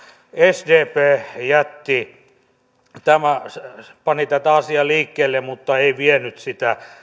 sdp pani tätä asiaa liikkeelle mutta ei vienyt sitä